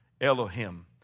Elohim